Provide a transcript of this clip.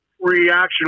reaction